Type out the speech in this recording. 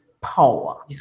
power